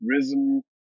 rhythm